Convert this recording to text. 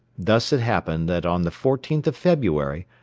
thus it happened that on the fourteenth of february,